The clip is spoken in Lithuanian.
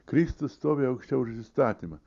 kristus stovi aukščiau už įstatymą